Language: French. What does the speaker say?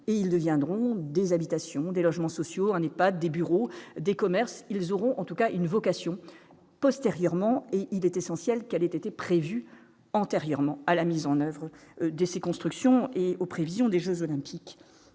et ils deviendront des habitations, des logements sociaux en est pas des bureaux, des commerces, ils auront en tout cas une vocation postérieurement, et il est essentiel qu'elle était prévue antérieurement à la mise en oeuvre de ces constructions et aux prévisions des Jeux olympiques,